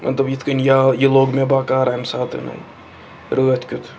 مطلب یِتھ کٔنۍ یہِ آو یہِ لوگ مےٚ بَکار اَمہِ ساتَن رٲتھ کیُتھ